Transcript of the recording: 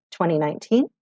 2019